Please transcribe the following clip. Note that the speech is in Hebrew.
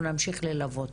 אנחנו נמשיך ללוות